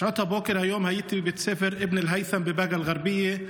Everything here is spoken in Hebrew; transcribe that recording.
היום בשעות הבוקר הייתי בבית הספר אבן אל-היית'ם בבאקה אל-גרבייה,